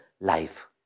life